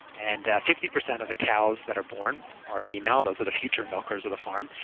and fifty percent of the cows that are born are female those are the future milkers of the farm.